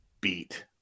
beat